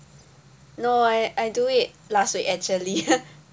no I I do it last week actually